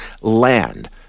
land